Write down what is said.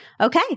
Okay